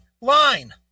line